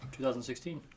2016